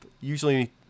Usually